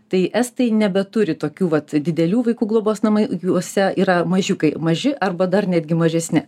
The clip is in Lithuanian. tai estai nebeturi tokių vat didelių vaikų globos namai juose yra mažiukai maži arba dar netgi mažesni